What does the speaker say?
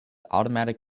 automatic